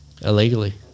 illegally